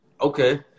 Okay